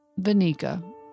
Vanika